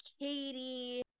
Katie